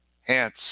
hence